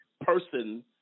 person